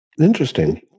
Interesting